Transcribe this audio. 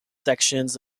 sections